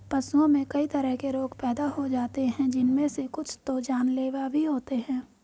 पशुओं में कई तरह के रोग पैदा हो जाते हैं जिनमे से कुछ तो जानलेवा भी होते हैं